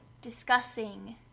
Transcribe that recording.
discussing